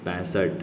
پینسٹھ